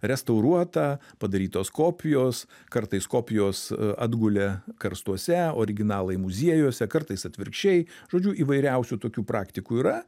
restauruota padarytos kopijos kartais kopijos atgulė karstuose originalai muziejuose kartais atvirkščiai žodžiu įvairiausių tokių praktikų yra